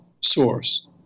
source